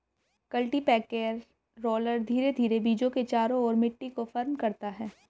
cultipacker roller धीरे धीरे बीजों के चारों ओर मिट्टी को फर्म करता है